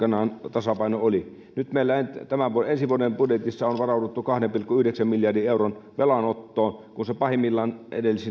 tasapaino oli nyt meillä ensi vuoden budjetissa on varauduttu kahden pilkku yhdeksän miljardin euron velanottoon kun se pahimmillaan edellisen hallituksen